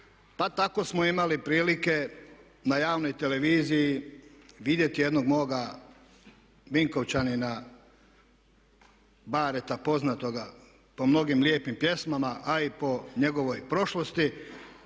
tako smo imali prilike na javnoj televiziji vidjeti jednog mog Vinkovčanina, Bareta, poznatoga po mnogim lijepim pjesmama, a i po njegovoj prošlosti,